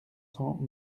cents